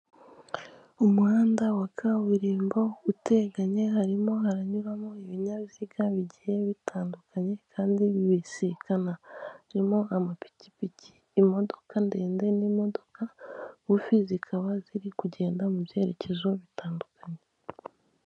Umuhanda wa kaburimbo uteganye harimo haranyuramo ibinyabiziga bigiye bitandukanye kandi bibisikana harimo amapikipiki imodoka ndende n'imodoka ngufi zikaba ziri kugenda mu byerekezo bitandukanye.